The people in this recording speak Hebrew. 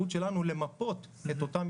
הניפוח של תקציבים